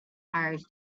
hires